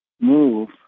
move